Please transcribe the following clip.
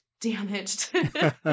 damaged